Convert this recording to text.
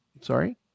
Sorry